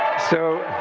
so,